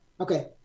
Okay